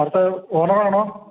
അവിടുത്തെ ഓണറാണോ